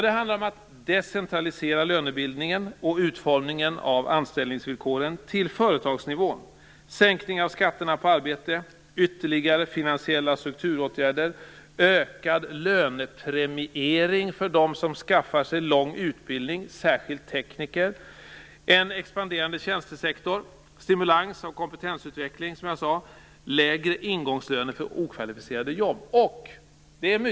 Det handlar om att decentralisera lönebildningen och utformningen av anställningsvillkoren till företagsnivån, sänkning av skatterna på arbete, ytterligare finansiella strukturåtgärder och ökad lönepremiering för dem som skaffar sig lång utbildning - särskilt tekniker. Det handlar om en expanderande tjänstesektor, stimulans av kompetensutveckling och lägre ingångslöner för okvalificerade jobb.